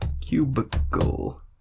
Cubicle